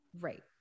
right